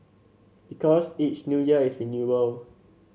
because each New Year is renewal